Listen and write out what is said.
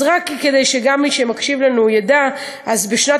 אז רק כדי שגם מי שמקשיב לנו ידע, בשנת